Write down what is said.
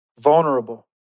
vulnerable